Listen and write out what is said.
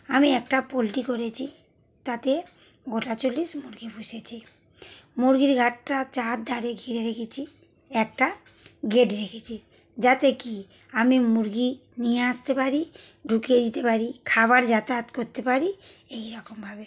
আমি একটা পোল্ট্রি করেছি তাতে গোটা চল্লিশ মুরগি পুষেছি মুরগির ঘাটটা চারধারে ঘিরে রেখেছি একটা গেট রেখেছি যাতে কী আমি মুরগি নিয়ে আসতে পারি ঢুকিয়ে দিতে পারি খাবার যাতায়াত করতে পারি এইরকমভাবে